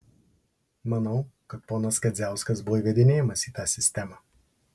manau kad ponas kadziauskas buvo įvedinėjamas į tą sistemą